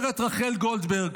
אומרת רחל גולדברג,